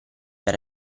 per